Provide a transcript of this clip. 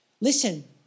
Listen